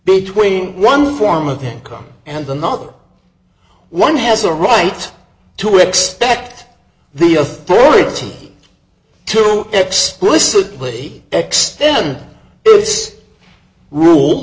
between one form of the income and another one has a right to expect the authority to explicitly extend this rule